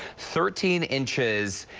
thirteen inches.